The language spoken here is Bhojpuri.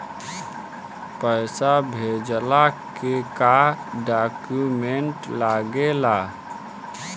पैसा भेजला के का डॉक्यूमेंट लागेला?